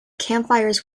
campfires